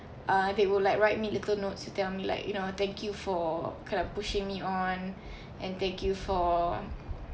uh they will like write me little notes to tell me like you know thank you for kind of pushing me on and thank you for